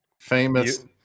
Famous